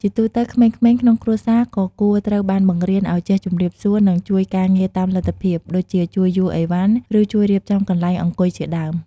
ជាទូទៅក្មេងៗក្នុងគ្រួសារក៏គួរត្រូវបានបង្រៀនឲ្យចេះជម្រាបសួរ និងជួយការងារតាមលទ្ធភាព ដូចជាជួយយួរឥវ៉ាន់ ឬជួយរៀបចំកន្លែងអង្គុយជាដើម។